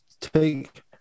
take